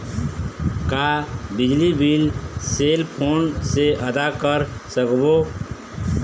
का बिजली bill cell phone से आदा कर सकबो?